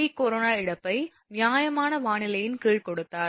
peak corona இழப்பை நியாயமான வானிலையின் கீழ் கொடுத்தார்